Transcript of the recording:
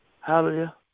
Hallelujah